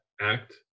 act